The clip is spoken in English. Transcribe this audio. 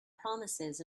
promises